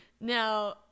Now